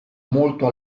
molto